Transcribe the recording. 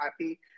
happy